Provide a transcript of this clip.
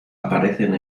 aparecen